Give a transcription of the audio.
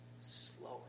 slower